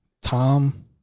Tom